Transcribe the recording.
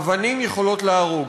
אבנים יכולות להרוג.